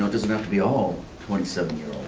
doesn't have to be all twenty seven year